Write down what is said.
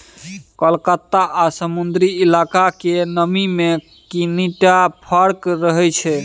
कलकत्ता आ समुद्री इलाका केर नमी मे कनिटा फर्क रहै छै